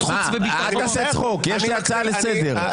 אל תעשה צחוק, יש לי הצעה לסדר.